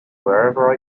wherever